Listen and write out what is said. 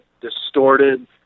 distorted